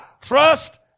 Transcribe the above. trust